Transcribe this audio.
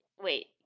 wait